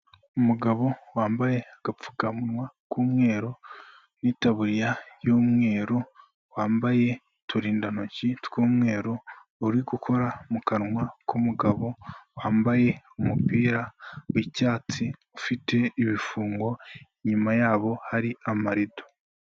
Umugabo wambaye agapfukawa k'umweru n'itaburiya y'umweru wambaye uturindantoki tw'umweru uri gukora mu kanwa k'umugabo wambaye umupira w'icyatsi ufite ibifungo inyuma yabo hari amarido.